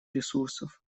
ресурсов